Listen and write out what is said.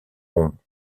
ronds